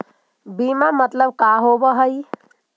बीमा मतलब का होव हइ?